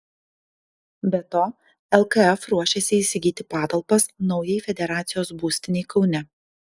be to lkf ruošiasi įsigyti patalpas naujai federacijos būstinei kaune